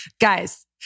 Guys